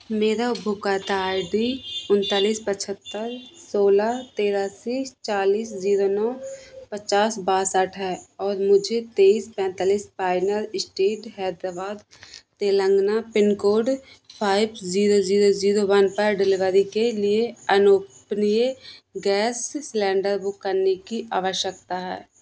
मेरा उपभोक्ता I D उन्तालिस पचहत्तर सोलह तिरासी चालिस जीरो नौ पचास बासठ है और मुझे तेईस पैंतालीस pine street Hyderabad Telangana pin code five zero zero one पर डिलीवरी के लिए अनोपनीय गैस सिलेंडर बुक करने की आवश्यकता है